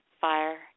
fire